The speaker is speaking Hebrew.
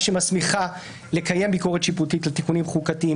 שמסמיכה לקיים ביקורת שיפוטית על תיקונים חוקתיים.